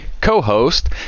co-host